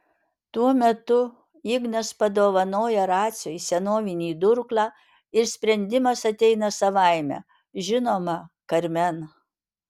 tuo metu ignas padovanoja raciui senovinį durklą ir sprendimas ateina savaime žinoma karmen